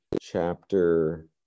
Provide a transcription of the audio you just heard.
chapter